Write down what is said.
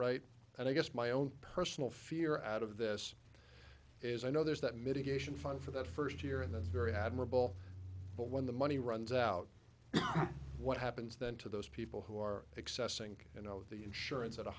right and i guess my own personal fear out of this is i know there's that mitigation fund for that first year and that's very admirable but when the money runs out what happens then to those people who are accessing you know the insurance at a